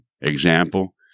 Example